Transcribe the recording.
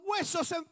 huesos